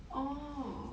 orh